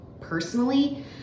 Personally